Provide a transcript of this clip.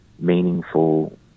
meaningful